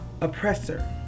oppressor